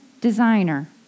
designer